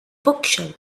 bookshelf